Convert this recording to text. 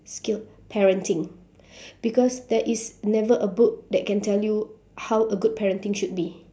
skill parenting because there is never a book that can tell you how a good parenting should be